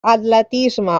atletisme